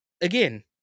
again